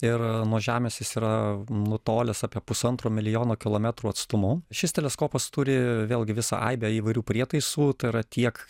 ir nuo žemės jis yra nutolęs apie pusantro milijono kilometrų atstumu šis teleskopas turi vėlgi visą aibę įvairių prietaisų tai yra tiek